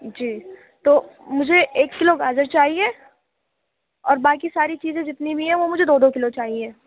جی تو مجھے ایک کلو گاجر چاہیے اور باکی ساری چیزیں جتنی بھی ہیں وہ مجھے دو دو کلو چاہیے